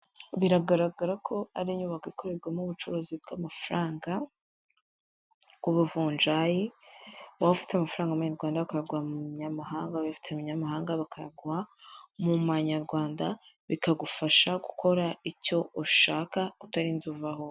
Biragaragara ko ari inyubako ikorerwamo ubucuruzi bw'amafaranga bw'ubuvunjayi, waba ufite amafaranga y'amanyarwanda akayaguha mu nyamahanga waba ufite amanyamahanga bakayaguha mu manyarwanda bikagufasha gukora icyo ushaka kutarinze uvaho.